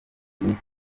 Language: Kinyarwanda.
bijanye